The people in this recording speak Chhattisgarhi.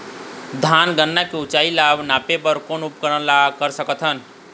धान गन्ना के ऊंचाई ला नापे बर कोन उपकरण ला कर सकथन?